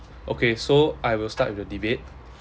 okay so I will start with the debate